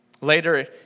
Later